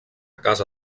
casa